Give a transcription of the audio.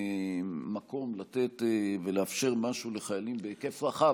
מקום לתת ולאפשר משהו לחיילים בהיקף רחב,